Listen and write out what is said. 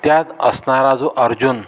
त्यात असणारा जो अर्जुन